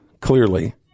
clearly